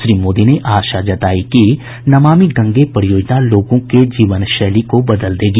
श्री मोदी ने आशा जतायी कि नमामि गंगे परियोजना लोगों के जीवन शैली को बदल देगी